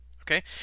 Okay